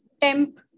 temp